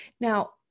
Now